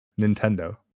Nintendo